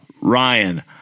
Ryan